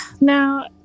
Now